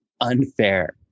unfair